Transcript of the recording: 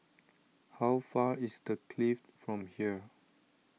how far is the Clift from here